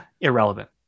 Irrelevant